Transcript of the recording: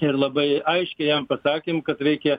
ir labai aiškiai jam pasakėm kad reikia